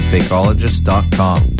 Fakeologist.com